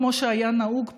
כמו שהיה נהוג פעם,